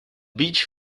beach